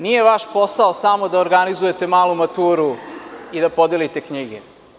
Nije vaš posao samo da organizujete malu maturu i da podelite knjige.